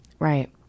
Right